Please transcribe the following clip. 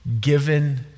given